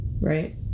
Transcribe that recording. right